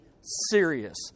serious